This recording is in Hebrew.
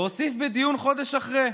והוסיף בדיון חודש אחרי: